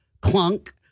clunk